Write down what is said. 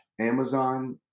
Amazon